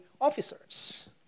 officers